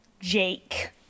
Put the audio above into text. Jake